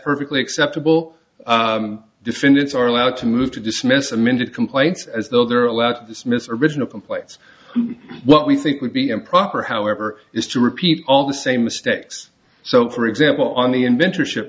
perfectly acceptable defendants are allowed to move to dismiss amended complaints as though they're allowed to dismiss or original complaints what we think would be improper however is to repeat the same mistakes so for example on the inventor ship